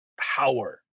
power